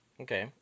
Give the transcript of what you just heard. Okay